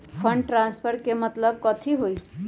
Fund transfer के मतलब कथी होई?